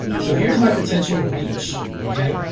so here's my potential reach, okay?